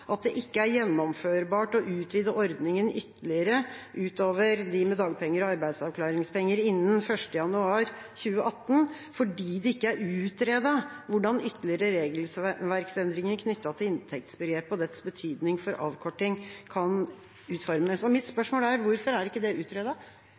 at det ikke er gjennomførbart å utvide ordningen ytterligere, utover de med dagpenger og arbeidsavklaringspenger, innen 1. januar 2018, fordi det ikke er utredet hvordan ytterligere regelverksendringer knyttet til inntektsbegrepet og dets betydning for avkortning kan utformes. Mitt